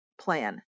plan